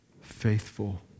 faithful